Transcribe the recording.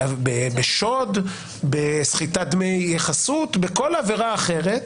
בשוד, בסחיטת דמי חסות, בכל עבירה אחרת,